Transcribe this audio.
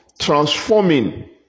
transforming